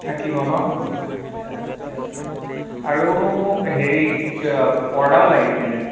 থাকিব ন আচ্ছা আচ্ছা আচ্ছা আৰু মোক হেৰি পৰ্দাও লাগিছিলে